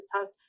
talk